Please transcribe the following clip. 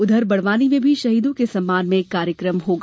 वहीं बड़वानी में भी शहीदों के सम्मान में कार्यक्रम होगा